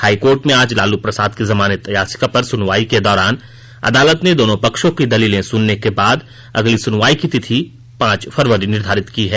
high court में आज लालू प्रसाद की जमानत याचिका पर सुनवाई के दौरान अदालत ने दोनो पक्षों की दलीलें सुनने के बाद अगली सुनवाई की तिथि पांच फरवरी निर्धारित की है